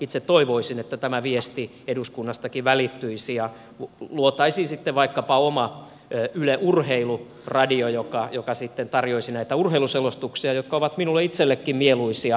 itse toivoisin että tämä viesti eduskunnastakin välittyisi ja luotaisiin vaikkapa oma yle urheilu radio joka sitten tarjoaisi näitä urheiluselostuksia jotka ovat minulle itsellenikin mieluisia